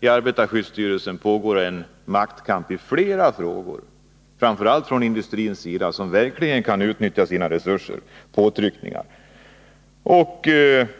I arbetarskyddsstyrelsen pågår maktkamp i flera frågor. Den drivs framför allt från industrin, som verkligen kan utnyttja sina resurser för att utöva påtryckningar.